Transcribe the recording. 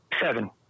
Seven